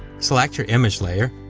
select your image layer,